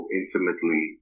intimately